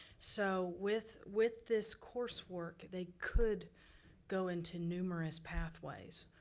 so with with this coursework, they could go into numerous pathways.